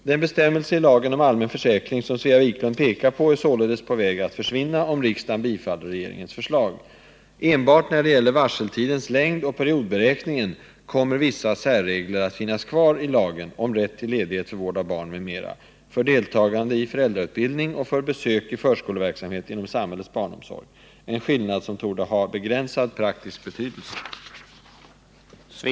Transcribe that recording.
Den bestämmelse i lagen om allmän försäkring som Svea Wiklund pekar på kommer således att försvinna, om riksdagen bifaller regeringens förslag. Enbart när det gäller varseltidens längd och periodberäkningen kommer vissa särregler att finnas kvar i lagen om rätt till ledighet för vård av barn m.m., för deltagande i föräldrautbildning och för besök i förskoleverksamhet inom samhällets barnomsorg, en skillnad som torde ha begränsad praktisk betydelse.